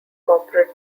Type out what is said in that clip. corporate